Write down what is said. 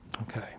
Okay